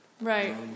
Right